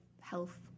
health